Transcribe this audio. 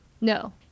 No